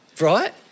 right